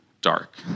dark